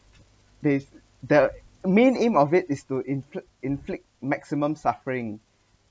this the main aim of it is to inflict inflict maximum suffering